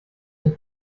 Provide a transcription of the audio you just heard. den